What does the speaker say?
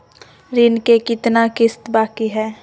ऋण के कितना किस्त बाकी है?